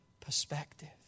perspective